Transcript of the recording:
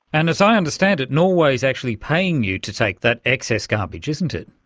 and as i understand it, norway is actually paying you to take that excess garbage, isn't it.